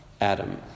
Adam